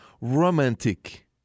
Romantic